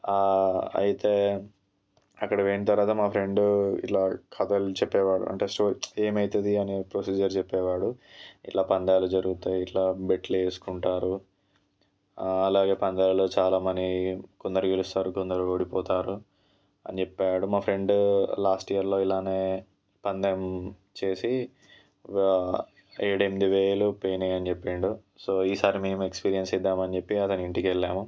అయితే అక్కడ పోయిన తర్వాత మా ఫ్రెండు ఇట్లా కథలు చెప్పేవాడు అంటే స్టోరీ ఏమైతుంది అని ప్రొసీజర్ చెప్పేవాడు ఇట్లా పందాలు జరుగుతాయి ఇట్లా బెట్లు వేసుకుంటారు అలాగే పందాల్లో చాలా మనీ కొందరు గెలుస్తారు కొందరు ఓడిపోతారు అని చెప్పాడు మా ఫ్రెండు లాస్ట్ ఇయర్లో ఇలానే పందెం చేసి ఏడు ఎనిమిది వేలు పోయినాయి అని చెప్పిండు సో ఈసారి మేము ఎక్స్పీరియన్స్ చేద్దామని చెప్పి అతని ఇంటికి వెళ్ళాము